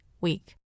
week